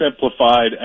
simplified